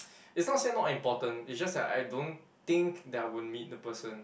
is not say not important it's just that I don't think that I would meet the person